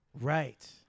right